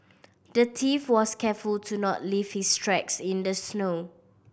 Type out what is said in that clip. the thief was careful to not leave his tracks in the snow